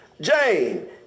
Jane